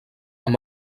amb